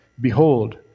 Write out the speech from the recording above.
behold